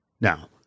Now